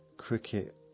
Cricket